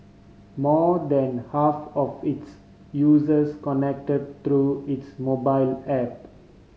more than half of its users connect through its mobile app